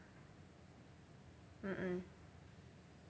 mmhmm